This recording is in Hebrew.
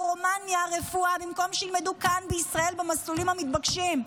ברומניה במקום שילמדו כאן בישראל במסלולים המתבקשים.